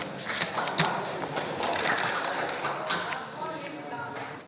Hvala